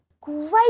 great